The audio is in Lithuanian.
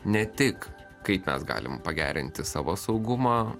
ne tik kaip mes galim pagerinti savo saugumą